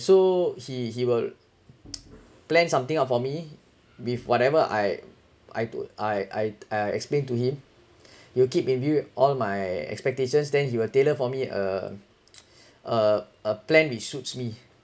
so he he will plan something out for me with whatever I I told I I explain to him he'll keep in view all my expectations then you will tailor for me a a a plan with suits me